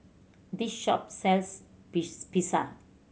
this shop sells Pizza